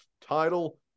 title